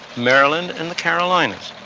maryland and the carolinas.